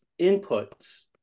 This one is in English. inputs